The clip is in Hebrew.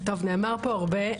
נאמר פה הרבה.